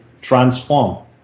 transform